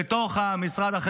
היום זה המשרד לביטחון לאומי,